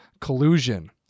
collusion